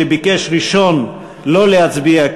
שביקש ראשון שלא להצביע,